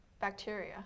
Bacteria